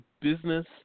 business